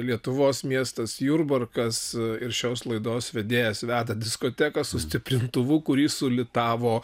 lietuvos miestas jurbarkas ir šios laidos vedėjas veda diskoteką su stiprintuvu kurį sulitavo